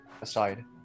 aside